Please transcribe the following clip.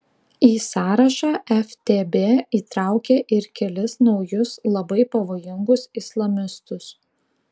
į sąrašą ftb įtraukė ir kelis naujus labai pavojingus islamistus